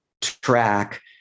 track